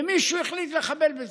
ומישהו החליט לחבל בזה,